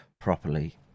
properly